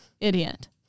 Idiot